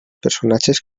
personatges